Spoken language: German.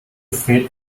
fred